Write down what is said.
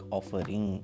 Offering